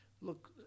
look